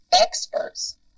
experts